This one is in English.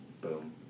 Boom